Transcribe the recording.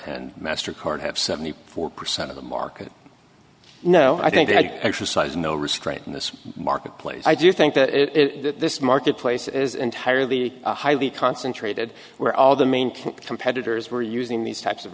and master card have seventy four percent of the market no i think they exercise no restraint in this marketplace i do think that this marketplace is entirely a highly concentrated where all the main competitors were using these types of